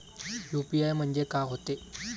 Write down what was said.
UPI म्हणजे का होते?